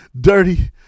dirty